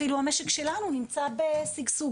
אפילו המשק שלנו נמצא בשגשוג,